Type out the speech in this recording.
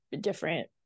different